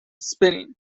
spinning